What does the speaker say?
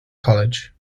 college